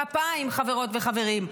כפיים, חברות וחברים.